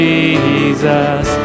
Jesus